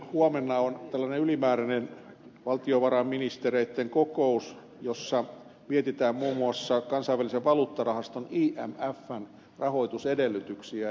huomenna on ylimääräinen valtiovarainministereitten kokous jossa mietitään muun muassa kansainvälisen valuuttarahaston imfn rahoitusedellytyksiä